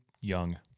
young